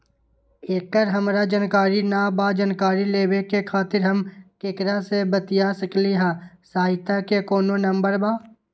एकर हमरा जानकारी न बा जानकारी लेवे के खातिर हम केकरा से बातिया सकली ह सहायता के कोनो नंबर बा?